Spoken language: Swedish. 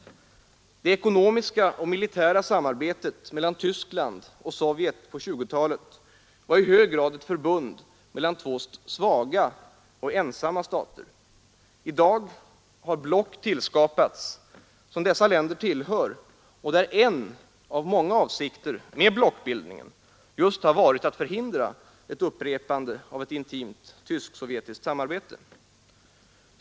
Det ekonomiska och militära samarbetet mellan Tyskland och Sovjet på 1920-talet var i hög grad ett förbund mellan två svaga och ensamma stater. I dag har block tillskapats som dessa länder tillhör och där en av många avsikter med blockbildningen just varit att förhindra ett upprepande av ett intimt tysk-sovjetiskt samarbete.